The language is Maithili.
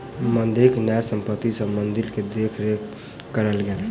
मंदिरक न्यास संपत्ति सॅ मंदिर के देख रेख कएल गेल